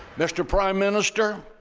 mr. prime minister,